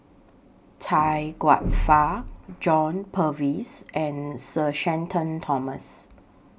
Chia Kwek Fah John Purvis and Sir Shenton Thomas